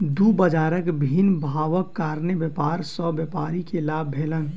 दू बजारक भिन्न भावक कारणेँ व्यापार सॅ व्यापारी के लाभ भेलैन